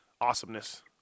awesomeness